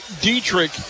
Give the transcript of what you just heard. Dietrich